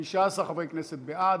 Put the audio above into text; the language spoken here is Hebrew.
15 חברי כנסת בעד,